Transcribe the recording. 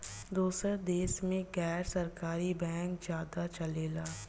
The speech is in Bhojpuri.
दोसर देश मे गैर सरकारी बैंक ज्यादे चलेला